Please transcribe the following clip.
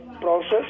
process